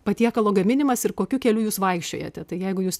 patiekalo gaminimas ir kokiu keliu jūs vaikščiojate tai jeigu jūs